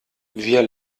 wir